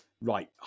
Right